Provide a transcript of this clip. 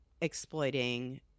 exploiting